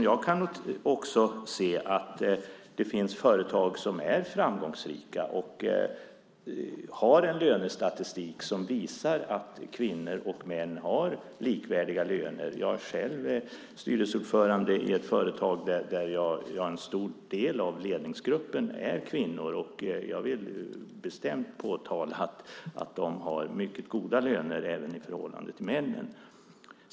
Jag kan också se att det finns företag som är framgångsrika och har en lönestatistik som visar att kvinnor och män har likvärdiga löner. Jag är själv styrelseordförande i ett företag där en stor del av ledningsgruppen är kvinnor, och jag vill bestämt påtala att de har mycket goda löner även i förhållande till männen.